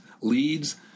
LEADS